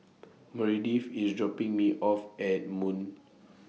Meredith IS dropping Me off At Moon